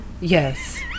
Yes